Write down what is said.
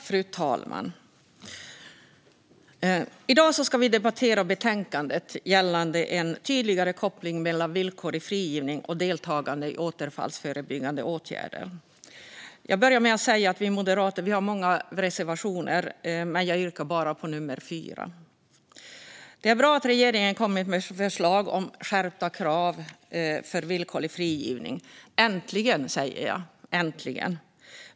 Fru talman! I dag ska vi debattera betänkandet gällande en tydligare koppling mellan villkorlig frigivning och deltagande i återfallsförebyggande åtgärder. Jag börjar med att säga att vi moderater har många reservationer, men jag yrkar bara på reservation nr 4. Det är bra att regeringen har kommit med förslag om skärpta krav för villkorlig frigivning. Äntligen, säger jag.